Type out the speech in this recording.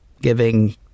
giving